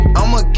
I'ma